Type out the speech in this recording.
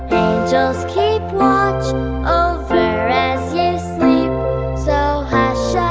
angels keep watch over as you sleep so hush